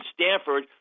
Stanford